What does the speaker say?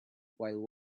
while